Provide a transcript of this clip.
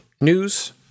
news